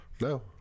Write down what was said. No